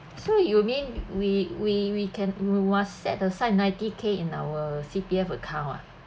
so you mean we we we can !wah! set aside ninety K in our C_P_F account ah